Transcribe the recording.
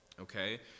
okay